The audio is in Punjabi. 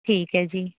ਠੀਕ ਹੈ ਜੀ